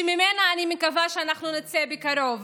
שאני מקווה שאנחנו נצא ממנה מקרוב,